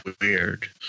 Weird